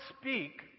speak